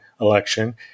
election